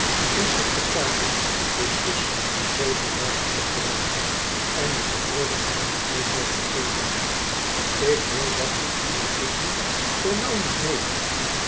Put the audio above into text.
een secretaris is zus en zooveel waard op de markt en ik behoorde er niet meer voor te geven ik wil dat met u intusschen zoo nauw niet nemen